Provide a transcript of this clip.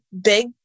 big